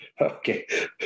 Okay